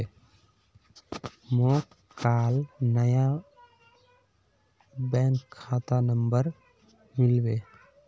मोक काल नया बैंक खाता नंबर मिलबे